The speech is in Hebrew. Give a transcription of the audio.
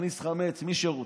להכניס חמץ, מי שרוצה.